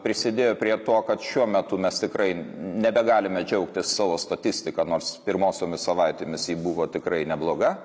prisidėjo prie to kad šiuo metu mes tikrai nebegalime džiaugtis savo statistika nors pirmosiomis savaitėmis ji buvo tikrai nebloga